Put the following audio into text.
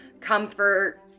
comfort